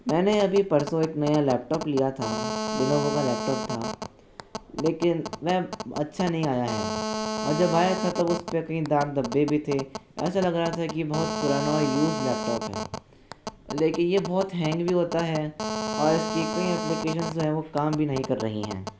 मैंने अभी परसों एक नया लैपटॉप लिया था लिनोवो का लैपटॉप था लेकिन मैं अच्छा नहीं आया है और जब आया था तो उस पे कई दाग धब्बे भी थे ऐसा लग रहा था की बहुत पुराना और यूज़ लैपटॉप है लेकिन ये बहुत हैंग भी होता है और इसकी कई एप्लीकेशन्स जो हैं वो काम भी नहीं कर रही हैं